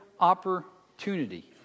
opportunity